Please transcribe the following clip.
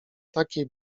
takie